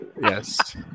Yes